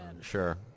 Sure